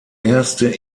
erste